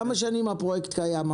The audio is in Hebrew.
במשך כמה שנים הפרויקט קיים,